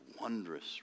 wondrous